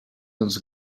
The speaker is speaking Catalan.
als